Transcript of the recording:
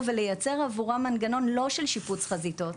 ולייצר עבורה מנגנון לא של שיפוץ חזיתות.